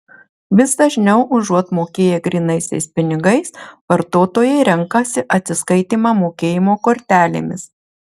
vis dažniau užuot mokėję grynaisiais pinigais vartotojai renkasi atsiskaitymą mokėjimo kortelėmis